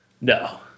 No